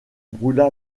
brûla